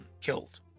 killed